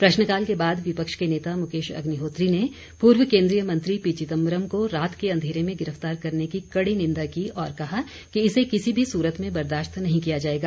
प्रश्नकाल के बाद विपक्ष के नेता मुकेश अग्निहोत्री ने पूर्व केंद्रीय मंत्री पी चिदंबरम को रात के अंधेरे में गिरफ्तार करने की कड़ी निंदा की और कहा कि इसे किसी भी सूरत में बर्दाश्त नहीं किया जाएगा